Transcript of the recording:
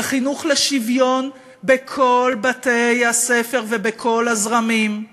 וחינוך לשוויון בכל בתי-הספר ובכל הזרמים.